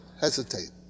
hesitate